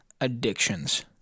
addictions